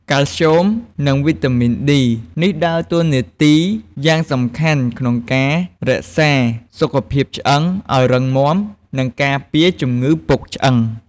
កាល់ស្យូម និង វីតាមីន D នេះដើរតួនាទីយ៉ាងសំខាន់ក្នុងការរក្សាសុខភាពឆ្អឹងឱ្យរឹងមាំ និងការពារជំងឺពុកឆ្អឹង។